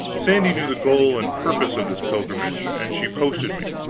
sandy knew the goal and purpose of this pilgrimage, and she posted me.